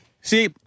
See